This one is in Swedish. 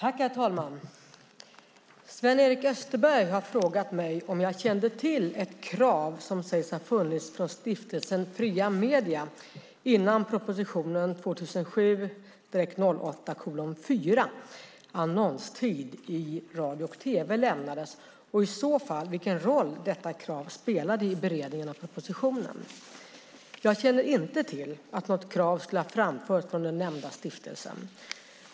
Herr talman! Sven-Erik Österberg har frågat mig om jag kände till ett krav som sägs ha funnits från Stiftelsen Fria Media innan propositionen 2007/08:4 Annonstid i radio och TV lämnades och i så fall vilken roll detta krav spelade i beredningen av propositionen. Jag känner inte till att något krav skulle ha framförts från den nämnda stiftelsen.